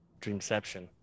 Dreamception